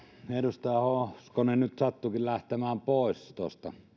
edustaja hoskonen nyt sattuikin lähtemään pois tuosta